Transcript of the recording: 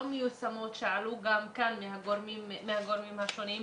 מיושמות שעלו גם כאן מהגורמים השונים.